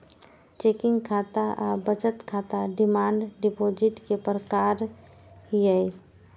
checking खाता आ बचत खाता डिमांड डिपोजिट के प्रकार छियै